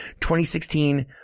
2016